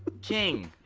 king!